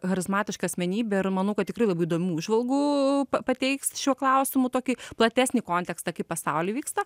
charizmatiška asmenybė ir manau kad tikrai labai įdomių įžvalgų pateiks šiuo klausimu tokį platesnį kontekstą kaip pasauly vyksta